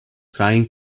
trying